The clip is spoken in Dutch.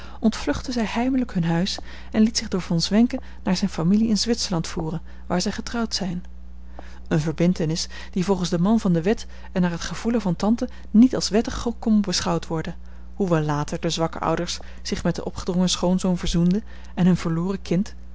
ontvluchtte zij heimelijk hun huis en liet zich door von zwenken naar zijne familie in zwitserland voeren waar zij getrouwd zijn eene verbintenis die volgens den man van de wet en naar het gevoelen van tante niet als wettig kon beschouwd worden hoewel later de zwakke ouders zich met den opgedrongen schoonzoon verzoenden en hun verloren kind